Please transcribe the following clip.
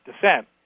dissent